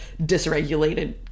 dysregulated